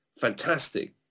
fantastic